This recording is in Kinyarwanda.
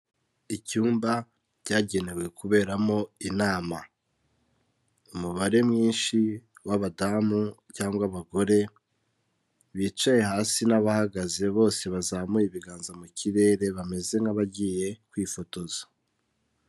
Icyumba cyagenewe kuberamo inama. Umubare mwinshi w'abadamu cyangwa abagore, bicaye hasi n'abahagaze bose bazamuye ibiganza mu kirere bameze nk'abagiye kwifotoza.